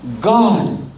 God